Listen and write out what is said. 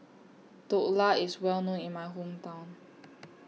Dhokla IS Well known in My Hometown